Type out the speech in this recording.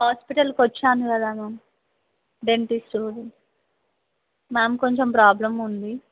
హాస్పిటల్కు వచ్చాను కదా మ్యామ్ డెంటిస్ట్ గురించి మ్యామ్ కొంచెం ప్రాబ్లమ్ ఉంది